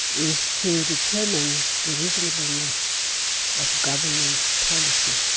is to determine the reasonableness of government policy,